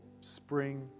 spring